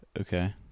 Okay